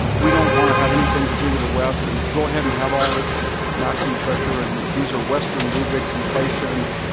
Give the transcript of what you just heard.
we don't want to have anything to do with the west and go ahead and have all this maximum pressure and these are western rubrics, inflation,